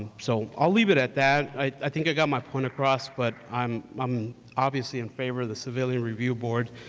so i leave it at that. i think i got my point across, but i'm um obviously in favor of the civilian review board.